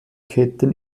ketten